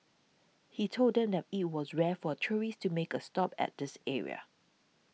he told them that it was rare for tourists to make a stop at this area